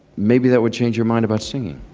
maybe that would change your mind about singing.